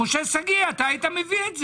משה שגיא, היית מביא את זה.